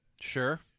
Sure